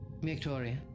Victoria